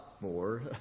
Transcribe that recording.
more